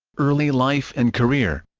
early life and career